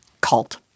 cult